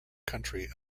country